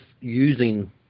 using